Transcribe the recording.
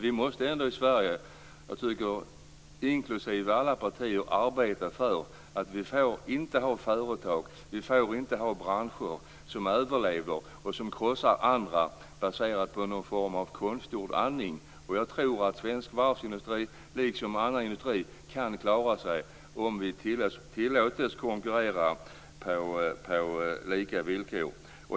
Vi måste i alla partier i Sverige ändå arbeta för att vi inte får ha företag och branscher som överlever och som krossar andra, baserat på någon form av konstgjord andning. Jag tror att svensk varvsindustri, liksom annan industri, kan klara sig om den tillåts konkurrera på lika villkor.